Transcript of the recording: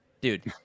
dude